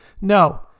No